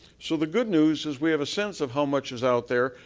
so the good news is we have a sense of how much is out there.